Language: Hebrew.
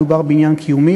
מדובר בעניין קיומי,